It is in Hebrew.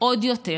עוד יותר,